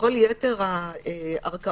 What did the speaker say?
בכל יתר הערכאות,